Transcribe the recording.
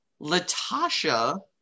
Latasha